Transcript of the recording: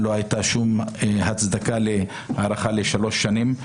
לא הייתה שום הצדקה להארכה לשלוש שנים,